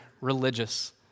religious